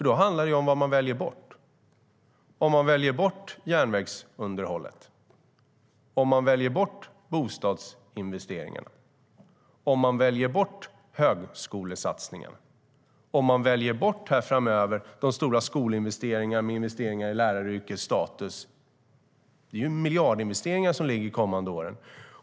Då handlar det om vad de väljer bort, om de väljer bort järnvägsunderhållet, bostadsinvesteringarna, högskolesatsningarna eller de stora skolinvesteringarna framöver, bland annat investeringar i läraryrkets status. Det är miljardinvesteringar som föreligger de kommande åren.